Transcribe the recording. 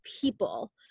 people